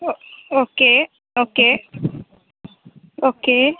ஒ okay okay okay